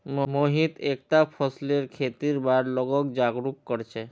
मोहित एकता फसलीय खेतीर बार लोगक जागरूक कर छेक